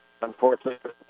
unfortunately